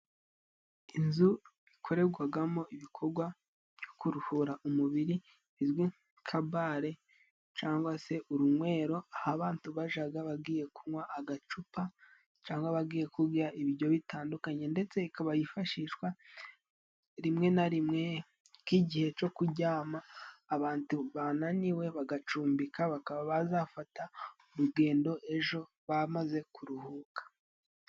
Inzu ikorerwagamo ibikogwa byo kuruhura umubiri izwi nka bare, cangwa se urunywero ,aho bantu bajaga bagiye kunywa agacupa cangwa bagiye kujya ibijyo bitandukanye, ndetse ikaba yifashishwa rimwe na rimwe nk'igihe cyo kujyama, abantu bananiwe bagacumbika, bakaba bazafata urugendo ejo bamaze kuruhuka.